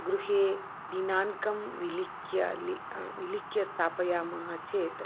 गृहे दिनाङ्कं विलिख्य लि विलिख्य स्थापयामः चेत्